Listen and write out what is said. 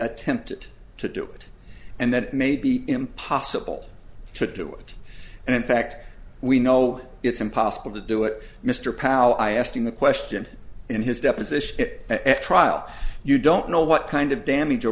attempted to do it and that it may be impossible to do it and in fact we know it's impossible to do it mr powell i asked him the question in his deposition at trial you don't know what kind of damage